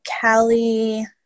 Callie